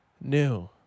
New